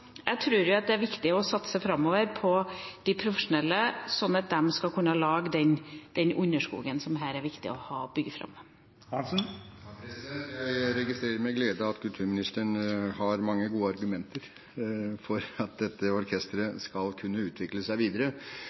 Jeg tror det er viktig framover å satse på de profesjonelle, slik at de skal kunne lage den underskogen det her er viktig å bygge på. Jeg registrerer med glede at kulturministeren har mange gode argumenter for at dette orkesteret skal kunne utvikle seg videre.